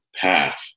path